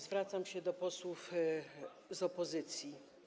Zwracam się do posłów z opozycji.